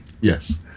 Yes